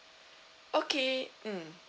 okay mm